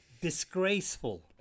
disgraceful